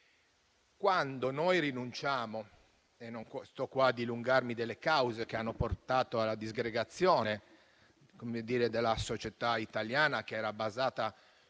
e ai loro nipoti. Non sto qua a dilungarmi sulle cause che hanno portato alla disgregazione della società italiana, che era basata